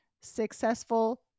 successful